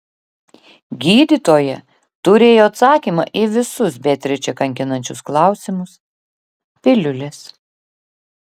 gydytoja turėjo atsakymą į visus beatričę kankinančius klausimus piliulės